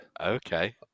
okay